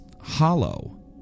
hollow